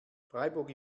freiburg